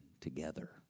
together